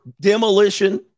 Demolition